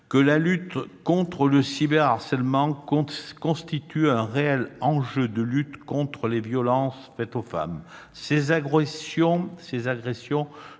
que la lutte contre le cyberharcèlement constitue un véritable enjeu en matière de lutte contre les violences faites aux femmes. Ces agressions